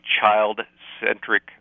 child-centric